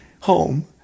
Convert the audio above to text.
home